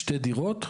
שתי דירות,